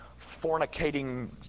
fornicating